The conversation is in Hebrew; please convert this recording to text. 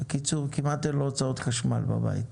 בקיצור, כמעט אין לו הוצאות חשמל בבית.